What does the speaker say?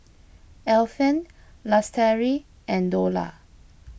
Alfian Lestari and Dollah